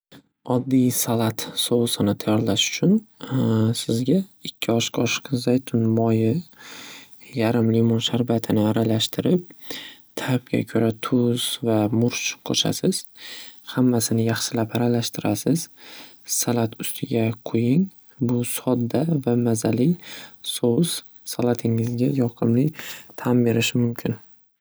Oddiy salat sousini tayyorlash uchun sizga ikki osh qoshiq zaytun moyi, yarim limon sharbatini aralashtirib tabga ko'ra tuz va murch qo'shasiz. Hammasini yaxshilab aralashtirasiz. Salat ustiga quying bu sodda va mazali sous salatingizga yoqimli ta'm berishi mumkin.